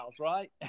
right